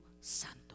Santo